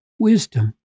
wisdom